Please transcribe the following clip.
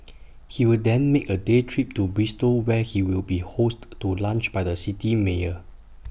he will then make A day trip to Bristol where he will be hosted to lunch by the city's mayor